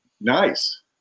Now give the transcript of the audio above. Nice